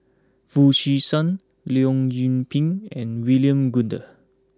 Foo Chee San Leong Yoon Pin and William Goode